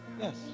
Yes